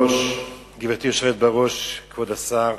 גברתי היושבת בראש, כבוד השר,